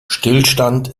stillstand